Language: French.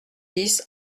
dix